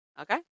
Okay